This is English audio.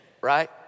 right